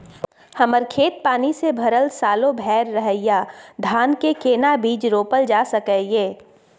हमर खेत पानी से भरल सालो भैर रहैया, धान के केना बीज रोपल जा सकै ये?